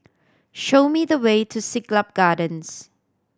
show me the way to Siglap Gardens